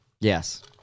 Yes